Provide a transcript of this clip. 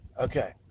Okay